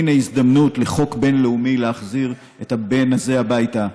הינה הזדמנות לחוק בין-לאומי להחזיר את הבן הזה הביתה,